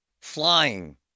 Flying